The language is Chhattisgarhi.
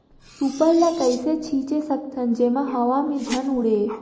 सुपर ल कइसे छीचे सकथन जेमा हवा मे झन उड़े?